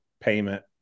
payment